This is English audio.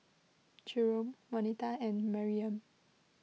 Jerome Waneta and Maryam